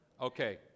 Okay